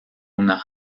una